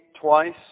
twice